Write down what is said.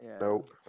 Nope